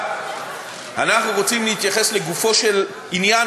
אנחנו רוצים להתייחס לגופו של עניין,